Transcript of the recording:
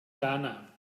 ghana